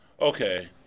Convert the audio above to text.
Okay